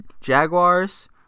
Jaguars